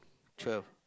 twelve